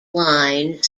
line